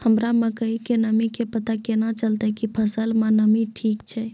हमरा मकई के नमी के पता केना चलतै कि फसल मे नमी ठीक छै?